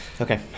Okay